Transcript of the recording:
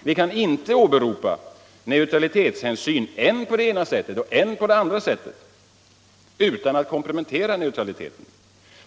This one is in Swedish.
Vi kan inte åberopa neutralitetshänsyn än på det ena sättet, än på det andra sättet utan att kompromettera neutraliteten.